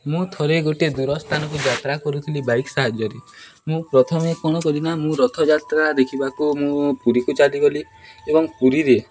ମୁଁ ଥରେ ଗୋଟେ ଦୂର ସ୍ଥାନକୁ ଯାତ୍ରା କରୁଥିଲି ବାଇକ୍ ସାହାଯ୍ୟରେ ମୁଁ ପ୍ରଥମେ କ'ଣ କଲି ନା ମୁଁ ରଥଯାତ୍ରା ଦେଖିବାକୁ ମୁଁ ପୁରୀକୁ ଚାଲିିଗଲି ଏବଂ ପୁରୀରେ